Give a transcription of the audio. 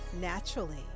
naturally